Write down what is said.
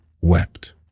wept